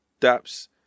Daps